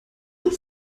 les